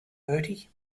bertie